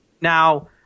Now—